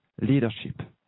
leadership